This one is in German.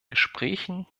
gesprächen